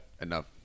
enough